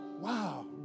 wow